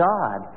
God